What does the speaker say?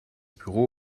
büro